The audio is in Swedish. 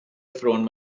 ifrån